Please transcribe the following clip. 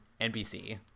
NBC